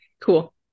cool